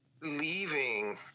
leaving